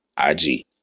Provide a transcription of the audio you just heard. IG